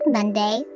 Monday